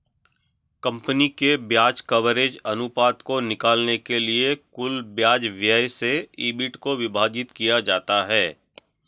company के ब्याज coverage अनुपात को निकालने के लिए कुल ब्याज व्यय से ईबिट को विभाजित किया जाता है